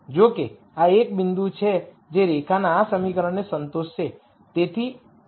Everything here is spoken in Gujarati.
જો કે આ એક બિંદુ છે જે રેખાના આ સમીકરણને સંતોષશે